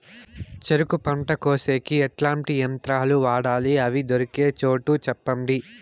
చెరుకు పంట కోసేకి ఎట్లాంటి యంత్రాలు వాడాలి? అవి దొరికే చోటు చెప్పండి?